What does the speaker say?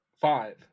five